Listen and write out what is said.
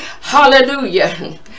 hallelujah